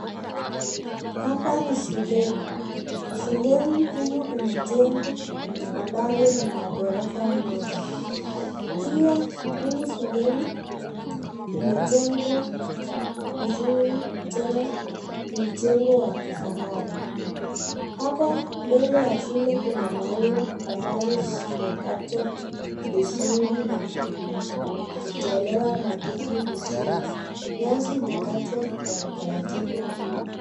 Hapa ni shuleni, shuleni humu ina jengo ambalo nila ghorofa moja. Pia humu shuleni imejengwa vizuri tena ni mjengo wa kifahari. Hapa mbele ya shule kuna maua ambazo zimekatwa vizuri na kutolewa madudu vizuri. Nyasi umekatwa Kwa utaratibu vizuri.